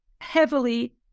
heavily